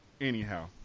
Anyhow